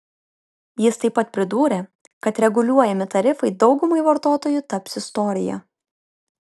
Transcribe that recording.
jis taip pat pridūrė kad reguliuojami tarifai daugumai vartotojų taps istorija